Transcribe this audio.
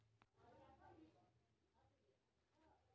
दोमट मिट्टी में हम आलू की कौन सी किस्म लगा सकते हैं?